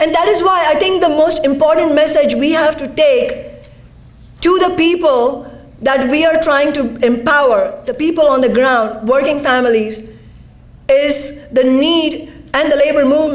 and that is why i think the most important message we have today to the people that we are trying to empower the people on the ground working families is the need and the labor